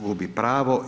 Gubi pravo.